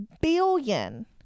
billion